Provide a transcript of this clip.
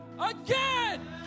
again